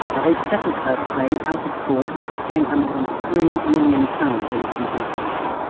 now they settled her claim out of court paying her more than three million pounds in compensation.